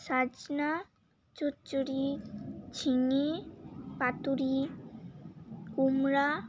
সজনে চচ্চড়ি ঝিঙে পাতুরি কুমড়ো